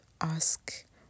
ask